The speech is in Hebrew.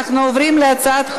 בעד,